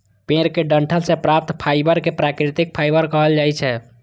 पेड़क डंठल सं प्राप्त फाइबर कें प्राकृतिक फाइबर कहल जाइ छै